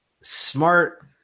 Smart